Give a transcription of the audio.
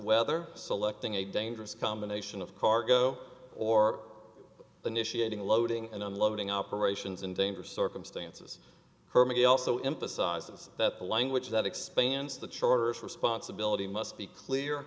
weather selecting a dangerous combination of cargo or the knish eating loading and unloading operations in dangerous circumstances hermie also emphasizes that the language that expands the charter of responsibility must be clear